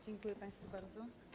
Dziękuję państwu bardzo.